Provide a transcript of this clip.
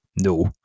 no